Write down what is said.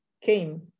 came